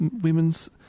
women's